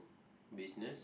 business